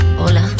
hola